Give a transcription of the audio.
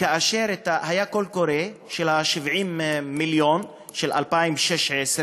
כאשר היה קול קורא של 70 המיליון של 2016,